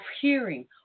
hearing